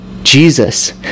Jesus